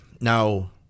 Now